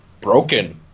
broken